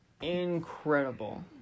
incredible